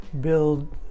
build